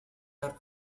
are